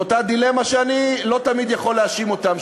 באותה דילמה שאני לא תמיד יכול להאשים אותם על כך,